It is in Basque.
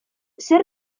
zer